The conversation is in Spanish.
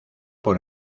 por